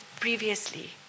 previously